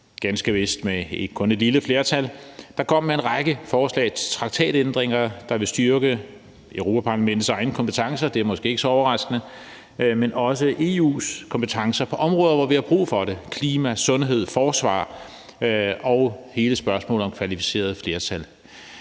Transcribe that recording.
ganske vist med kun et lille flertal, og i den er der en række forslag til traktatændringer, der vil styrke Europa-Parlamentets egne kompetencer, hvilket måske ikke er så overraskende, men også EU's kompetencer på områder, hvor vi har brug for det: klima, sundhed, forsvar og hele spørgsmålet om kvalificeret flertal.